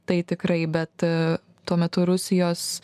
tai tikrai bet tuo metu rusijos